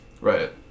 Right